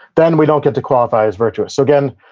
then we don't get to qualify as virtuous. so, again,